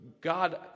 God